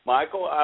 Michael